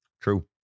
True